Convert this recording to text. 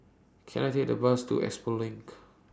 Can I Take A Bus to Expo LINK